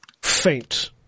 faint